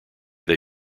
they